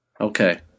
Okay